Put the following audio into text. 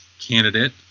candidate